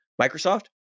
Microsoft